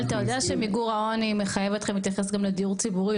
אתה יודע שמיגור העוני מחייב אתכם להתייחס גם לדיור ציבורי,